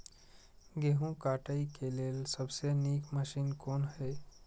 गेहूँ काटय के लेल सबसे नीक मशीन कोन हय?